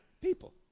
people